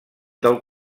del